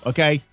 Okay